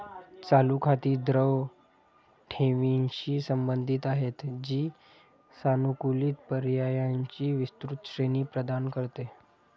चालू खाती द्रव ठेवींशी संबंधित आहेत, जी सानुकूलित पर्यायांची विस्तृत श्रेणी प्रदान करते